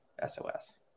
SOS